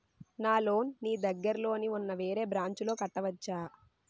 నా లోన్ నీ దగ్గర్లోని ఉన్న వేరే బ్రాంచ్ లో కట్టవచా?